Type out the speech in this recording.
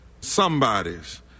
Somebody's